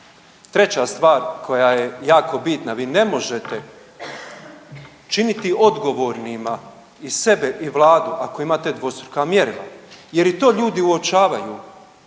Treća stvar koja je koja je jako bitna, vi ne možete činiti odgovornima i sebe i Vladu ako imate dvostruka mjerila jer i to ljudi uočavaju.